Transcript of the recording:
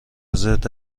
زرت